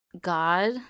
God